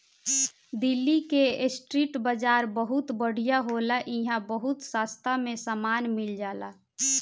दिल्ली के स्ट्रीट बाजार बहुत बढ़िया होला इहां बहुत सास्ता में सामान मिल जाला